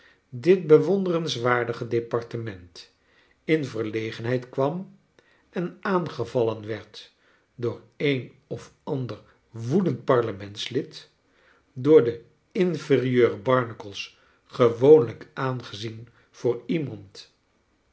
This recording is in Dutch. dit bewonderenswaardige departement in verlegenheid kwam en aangevallen werd door een of ander woedend parlementslid joor de inferieure barnacles gewoonlijk aangezien voor iemand